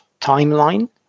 timeline